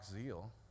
zeal